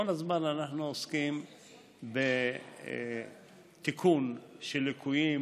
כל הזמן אנחנו עוסקים בתיקון של ליקויים